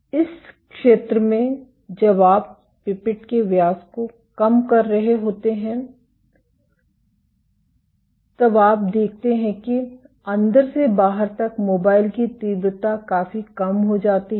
इस क्षेत्र में जब आप पिपेट के व्यास को कम कर रहे होते हैं तब आप देखते हैं कि अंदर से बाहर तक मोबाइल की तीव्रता काफी कम हो जाती है